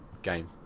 game